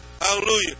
Hallelujah